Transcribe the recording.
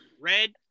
red